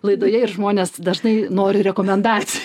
laidoje ir žmonės dažnai nori rekomendacijų